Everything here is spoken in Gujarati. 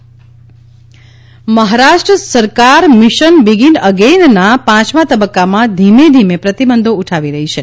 મહારાષ્ટ્ર હોટલ મહારાષ્ટ્ર સરકાર મિશન બિગીન અગેનના પાંચમા તબક્કામાં ધીમેધીમે પ્રતિબંધો ઉઠાવી રહી છે